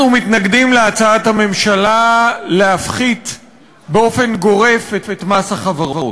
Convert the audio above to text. אנחנו מתנגדים להצעת הממשלה להפחית באופן גורף את מס החברות.